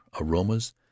aromas